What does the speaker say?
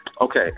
Okay